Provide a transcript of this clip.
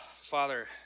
Father